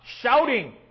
shouting